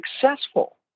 successful